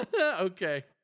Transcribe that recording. Okay